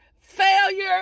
failure